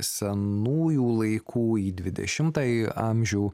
senųjų laikų į dvidešimtąjį amžių